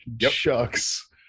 Shucks